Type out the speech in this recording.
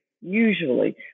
usually